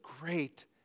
great